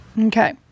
Okay